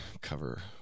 cover